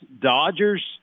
Dodgers